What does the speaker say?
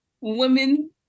Women